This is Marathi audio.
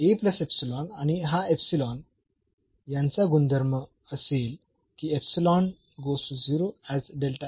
म्हणून आणि हा इप्सिलॉन यांना गुणधर्म असेल की